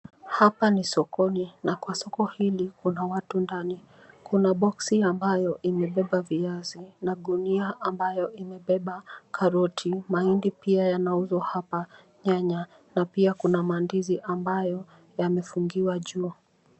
Hapa ni sokoni na kwa soko hili kuna watu ndani. Kuna boksi ambayo imebeba viazi na gunia ambayo imebeba karoti. Mahindi pia yanauzwa hapa, nyanya na pia kuna mandizi ambayo yamefungiwa juu.